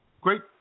great